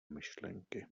myšlenky